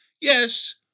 Yes